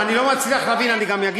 אנחנו יודעים איפה אנחנו חיים.